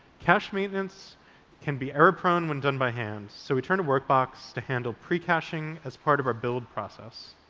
cache maintenance can be error-prone when done by hand, so we turn to workbox to handle pre-caching as part of our build process.